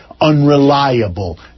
unreliable